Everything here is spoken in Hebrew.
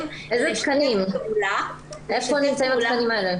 לשתף פעולה --- איפה נמצאים התקנים האלה?